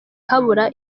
habura